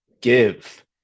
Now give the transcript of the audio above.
give